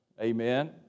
amen